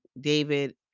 David